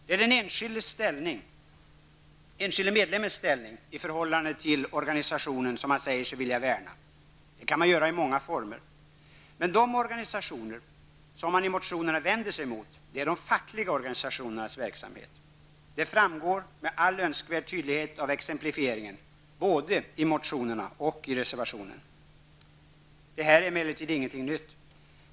Det är den enskilde medlemmens ställning i förhållande till organisationen som man säger sig vilja värna. Det kan man göra i många former. Men det som man i motionerna vänder sig emot är de fackliga organisationernas verksamhet. Det framgår med all önskvärd tydlighet av exemplifieringen både i motionerna och i reservationen. Det här är emellertid ingenting nytt.